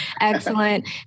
Excellent